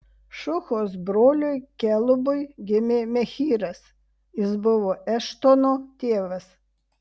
šuhos broliui kelubui gimė mehyras jis buvo eštono tėvas